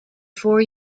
four